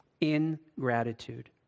Ingratitude